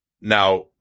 now